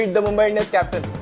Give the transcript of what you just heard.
the mumbai indians captain.